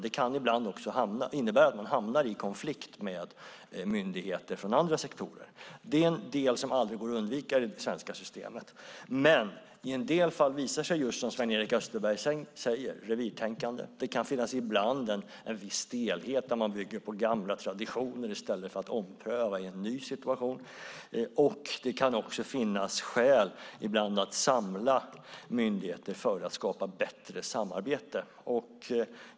Det kan ibland innebära att man hamnar i konflikt med myndigheter från andra sektorer. Det är en del som aldrig går att undvika i det svenska systemet. I en del fall visar sig just, som Sven-Erik Österberg säger, revirtänkande. Det kan ibland finnas en viss stelhet där man bygger på gamla traditioner i stället för att ompröva i en ny situation. Det kan också finnas skäl ibland att samla myndigheter för att skapa bättre samarbete.